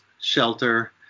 shelter